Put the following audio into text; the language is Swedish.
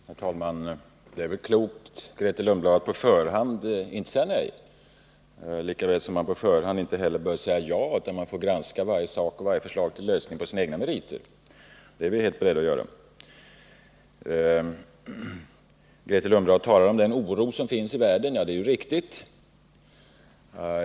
Herr talman! Det är väl klokt att inte på förhand säga nej, Grethe Lundblad, lika väl som man inte heller bör säga ja på förhand. Man får granska varje fråga och varje förslag till lösning med hänsyn till dess egna meriter, och det är vi beredda att göra. Grethe Lundblad talar om den oro som finns i världen, och jag vill instämma i det.